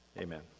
Amen